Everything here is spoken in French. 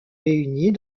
réunies